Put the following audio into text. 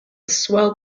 swell